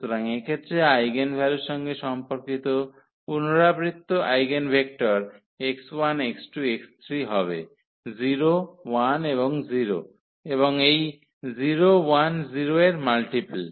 সুতরাং এক্ষেত্রে আইগেনভ্যালুর সঙ্গে সম্পর্কিত পুনরাবৃত্ত আইগেনভেক্টর x1 x2 x3 হবে 0 1 0 এবং এই 0 1 0 এর মাল্টিপল